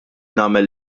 nagħmel